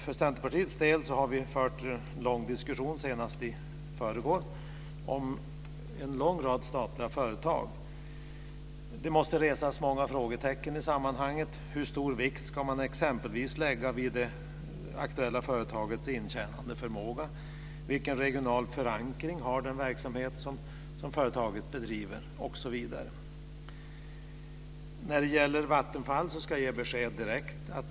I Centerpartiet har vi fört en lång diskussion, senast i förrgår, om en lång rad statliga företag. Det måste resas många frågor i sammanhanget. Hur stor vikt ska man t.ex. lägga vid det aktuella företagets intjänandeförmåga? Vilken regional förankring har den verksamhet som företaget bedriver, osv? När det gäller Vattenfall ska jag ge besked direkt.